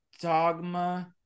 Dogma